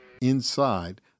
Inside